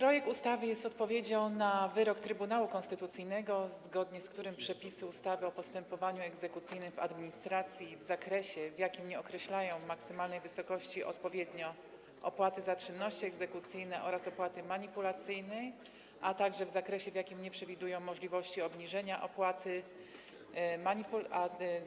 Projekt ustawy jest odpowiedzią na wyrok Trybunału Konstytucyjnego, zgodnie z którym przepisy ustawy o postępowaniu egzekucyjnym w administracji w zakresie, w jakim nie określają maksymalnej wysokości odpowiednio opłaty za czynności egzekucyjne oraz opłaty manipulacyjnej, a także w zakresie, w jakim nie przewidują możliwości obniżenia opłaty